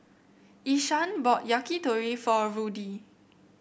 Ishaan bought Yakitori for Rudy